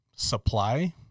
supply